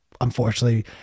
unfortunately